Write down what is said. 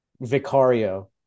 Vicario